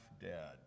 dead